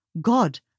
God